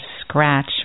scratch